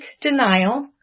denial